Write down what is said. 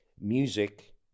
music